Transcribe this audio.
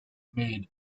made